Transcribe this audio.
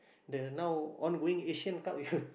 the now ongoing Asian-Cup you